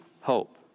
hope